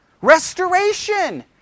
Restoration